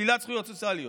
שלילת זכויות סוציאליות,